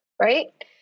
Right